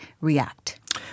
react